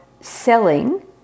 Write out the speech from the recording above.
selling